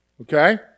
Okay